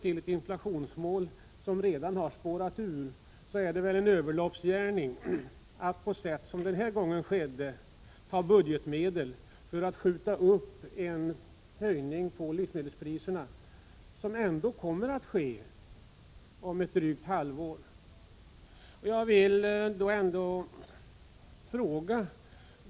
Eftersom inflationsmålet redan spårat ur menade vi att det var en överloppsgärning att, som skedde den här gången, ta i anspråk budgetmedel för att skjuta upp en höjning av livsmedelspriserna som ändå kommer om drygt ett halvår.